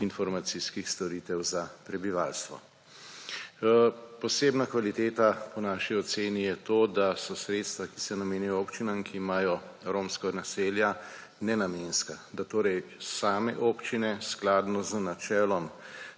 informacijskih storitev za prebivalstvo. Posebna kvaliteta po naši oceni je to, da so sredstva, ki se namenjajo občinam, ki imajo romska naselja, nenamenska, da torej same občine skladno z načelom